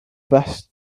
best